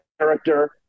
character